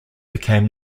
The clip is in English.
became